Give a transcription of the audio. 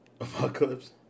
Apocalypse